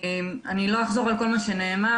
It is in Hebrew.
לא אחזור על כל מה שנאמר,